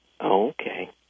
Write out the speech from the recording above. Okay